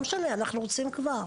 לא משנה, אנחנו רוצים כבר.